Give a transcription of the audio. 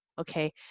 Okay